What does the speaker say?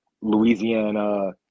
Louisiana